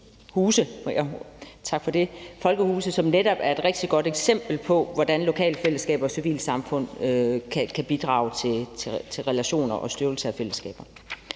folkehuse, som netop er et rigtig godt eksempel på, hvordan lokale fællesskaber og civilsamfund kan bidrage til relationer og styrkelse af fællesskaber.